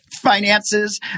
finances